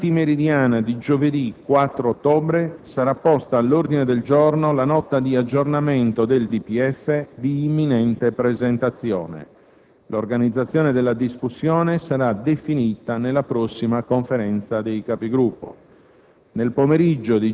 Nella seduta antimeridiana di giovedì 4 ottobre sarà posta all'ordine del giorno la Nota di aggiornamento al DPEF, di imminente presentazione. L'organizzazione della discussione sarà definita dalla prossima Conferenza dei Capigruppo.